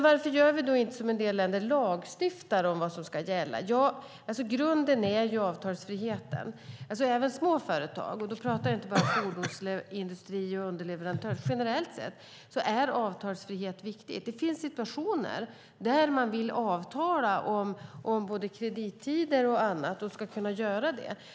Varför gör vi då inte som en del länder och lagstiftar om vad som ska gälla? Grunden är avtalsfriheten. Även för små företag generellt sett är avtalsfrihet viktigt, och då pratar jag inte bara om fordonsindustri och underleverantörer. Det finns situationer där man vill avtala om både kredittider och annat, och det ska man kunna göra.